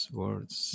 words